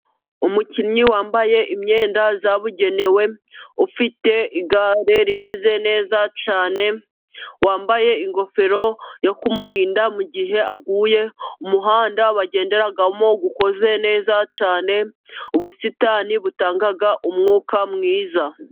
Umukinnyi wambaye imyenda yabugenewe, ufite igare rimeze neza cyane, wambaye ingofero yo kumurinda mugihe aguye, umuhanda bagenderamo ukoze neza cyane, ubusitani butanga umwuka mwiza.